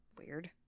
Weird